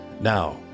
Now